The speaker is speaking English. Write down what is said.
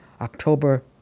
October